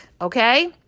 Okay